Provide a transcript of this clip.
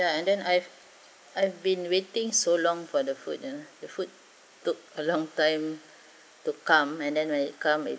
ya and then I've I've been waiting so long for the food ah the food took a long time to come and then when it come it